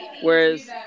whereas